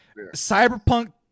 Cyberpunk